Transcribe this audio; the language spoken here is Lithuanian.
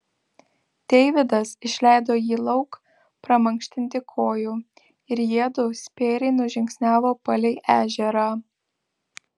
deividas išleido jį lauk pramankštinti kojų ir jiedu spėriai nužingsniavo palei ežerą